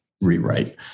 rewrite